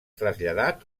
traslladat